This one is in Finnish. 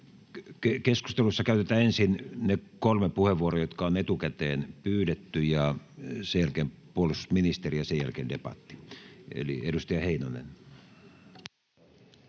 Keskustelussa käytetään ensin kolme puheenvuoroa, jotka on etukäteen pyydetty. Sen jälkeen puolustusministeri ja sen jälkeen debatti. — Eli edustaja Heinonen.